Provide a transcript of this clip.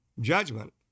Judgment